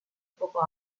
poco